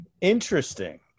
Interesting